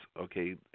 Okay